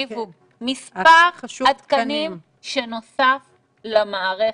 מספר התקנים שנוסף למערכת?